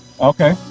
Okay